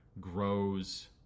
grows